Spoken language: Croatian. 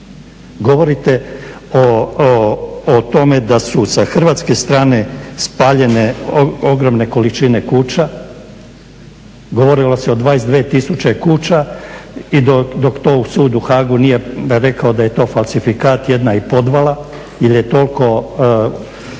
Govorite o tome da su sa hrvatske strane spaljene ogromne količine kuća, govorilo se o 22 tisuća kuća i dok to sud u Haagu nije rekao da je to falsifikat jedna i podvala jel je toliko